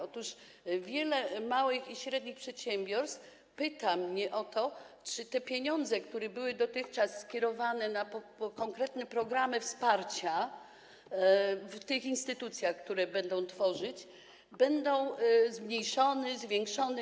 Otóż wielu przedstawicieli małych i średnich przedsiębiorstw pyta mnie o to, czy te pieniądze, które były dotychczas skierowane na konkretne programy wsparcia, w tych instytucjach, które będą tworzyć, będą zmniejszone czy zwiększone.